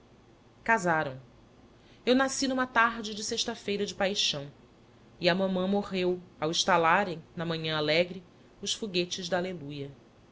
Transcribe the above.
casaram eu nasci numa tarde de sexta-feira de paixão e a mamã morreu ao estalarem na manhã alegre os foguetes da aleluia